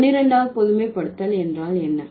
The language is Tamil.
12வது பொதுமைப்படுத்தல் என்றால் என்ன